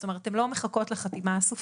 זאת אומרת הן לא מחכות לחתימה סופית.